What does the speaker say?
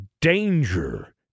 danger